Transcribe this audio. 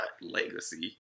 legacy